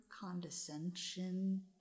condescension